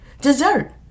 dessert